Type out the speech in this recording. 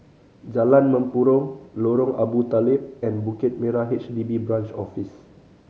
Jalan Mempurong Lorong Abu Talib and Bukit Merah H D B Branch Office